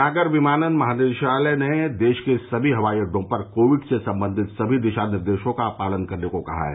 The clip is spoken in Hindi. नागर विमानन महानिदेशालय ने देश के सभी हवाई अड्डों पर कोविड से संबंधित सभी दिशा निर्देशों का पालन करने को कहा है